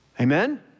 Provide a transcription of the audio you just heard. Amen